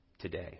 today